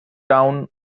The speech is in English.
down